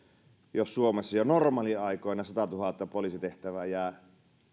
jos suomessa jo normaaliaikoina satatuhatta poliisitehtävää jää